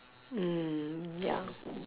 mm ya